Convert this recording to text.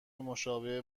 مشابه